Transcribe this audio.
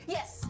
Yes